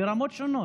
ברמות שונות.